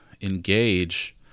engage